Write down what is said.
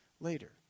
later